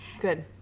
Good